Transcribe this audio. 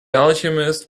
alchemist